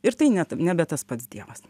ir tai net nebe tas pats dievas